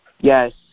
yes